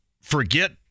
forget